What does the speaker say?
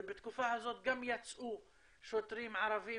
ובתקופה הזאת גם יצאו שוטרים ערבים